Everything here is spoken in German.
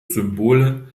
symbole